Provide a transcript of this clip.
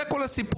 זה כל הסיפור.